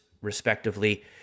respectively